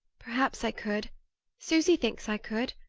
perhaps i could susy thinks i could.